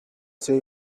say